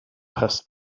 has